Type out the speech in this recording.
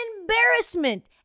embarrassment